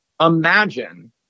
Imagine